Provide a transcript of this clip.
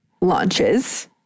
launches